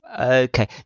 Okay